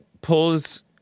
pulls